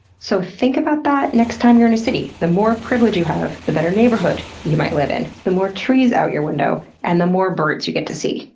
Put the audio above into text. so think about that the next time you're in a city. the more privilege you have, the better neighborhood you might live in, the more trees out your window, and the more birds you get to see.